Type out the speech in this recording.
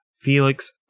Felix